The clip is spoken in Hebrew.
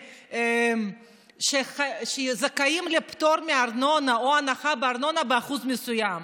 אנשים שזכאים לפטור מארנונה או להנחה בארנונה באחוז מסוים.